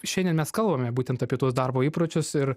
šiandien mes kalbame būtent apie tuos darbo įpročius ir